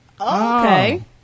Okay